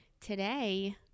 Today